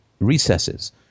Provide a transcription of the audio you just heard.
Recesses